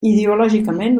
ideològicament